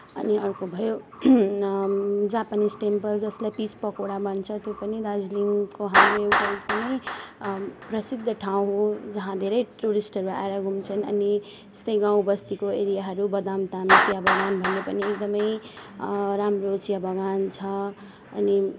अनि अर्को भयो जापानिस टेम्पल जसलाई पिस पगोडा भन्छ त्यो पनि दार्जिलिङको हाम्रो एउटा एकदमै प्रसिद्ध ठाउँ हो जहाँ धेरै टुरिस्टहरू आएर घुम्छन् अनि यस्तै गाउँ बस्तीको एरियाहरू बदामताम चिया बगान भन्ने पनि एकदमै राम्रो चिया बगान छ अनि